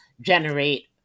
generate